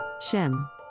Shem